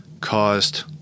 caused